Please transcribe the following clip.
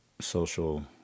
social